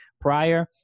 prior